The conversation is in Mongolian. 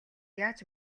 яаж